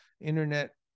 Internet